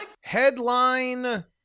Headline